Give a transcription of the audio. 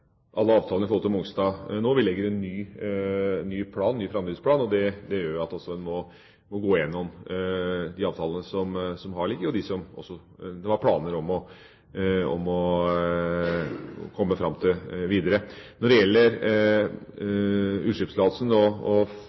alle avtalene med hensyn til Mongstad. Vi legger en ny framdriftsplan, og det gjør at en også må gå gjennom de avtalene som har vært, og de som det var planer om å komme fram til. Når det gjelder utslippstillatelsen og